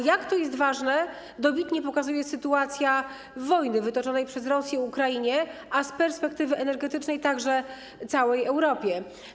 Jak to jest ważne, dobitnie pokazuje sytuacja wojny wytoczonej przez Rosję Ukrainie, a z perspektywy energetycznej także całej Europie.